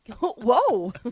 Whoa